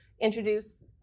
introduce